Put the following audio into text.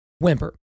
whimper